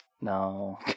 no